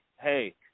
hey